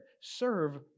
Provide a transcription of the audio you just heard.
Serve